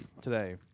today